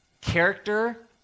Character